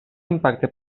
impacte